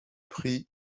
pris